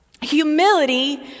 Humility